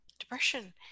Depression